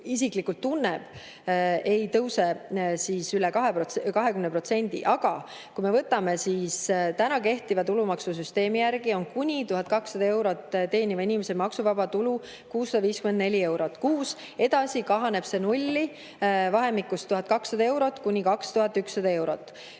isiklikult tunnetab, ei tõuse üle 20%. Aga kui me võtame täna kehtiva tulumaksusüsteemi, siis selle järgi on kuni 1200 eurot teeniva inimese maksuvaba tulu 654 eurot kuus, sealt edasi kahaneb see nullini vahemikus 1200 eurot kuni 2100 eurot.